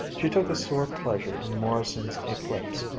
she took a sore pleasure in morrison's eclipse.